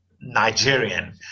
Nigerian